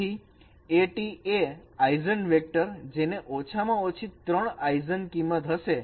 તેથી AT A eigenvector જેને ઓછામાં ઓછી ૩ આઇઝનકિંમત હશે